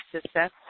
success